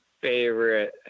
Favorite